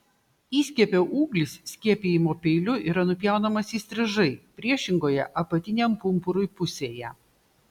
įskiepio ūglis skiepijimo peiliu yra nupjaunamas įstrižai priešingoje apatiniam pumpurui pusėje